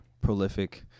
prolific